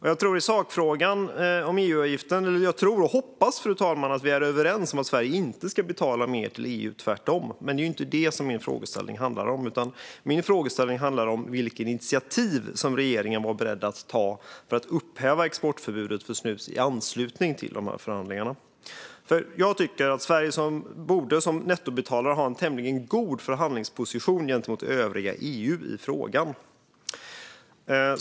I sakfrågan om EU-avgiften hoppas jag att vi är överens om att Sverige inte ska betala mer till EU - tvärtom. Men det är inte detta som min frågeställning handlar om. Min frågeställning handlar om vilka initiativ som regeringen är beredd att ta för att upphäva exportförbudet för snus i anslutning till dessa förhandlingar. Jag tycker att Sverige som nettobetalare borde ha en tämligen god förhandlingsposition gentemot övriga EU i frågan.